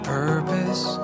purpose